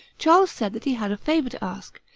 charles said that he had a favor to ask,